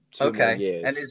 okay